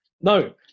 No